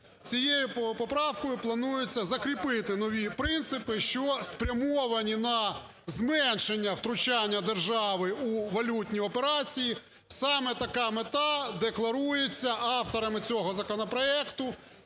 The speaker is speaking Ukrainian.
Цією поправкою планується закріпити нові принципи, що спрямовані на зменшення втручання держави у валютні операції. Саме така мета декларується авторами цього законопроекту